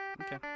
Okay